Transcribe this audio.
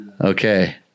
okay